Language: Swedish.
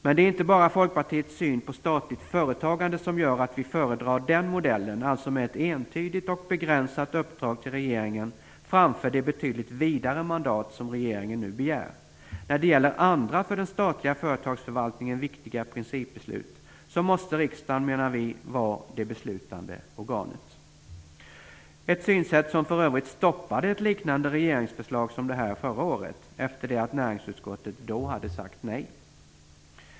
Men det är inte bara Folkpartiets syn på statligt företagande som gör att vi föredrar den modellen, alltså med ett entydigt och begränsat uppdrag till regeringen framför det betydligt vidare mandat som regeringen nu begär. När det gäller andra, för den statliga företagsförvaltningen viktiga principbeslut måste riksdagen, menar vi, vara det beslutande organet. Ett synsätt som för övrigt stoppade ett liknande regeringsförslag som detta förra året, efter det att näringsutskottet då hade sagt nej.